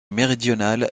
méridionale